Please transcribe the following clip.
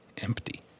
empty